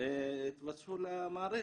שהתווספו למערכת.